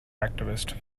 activist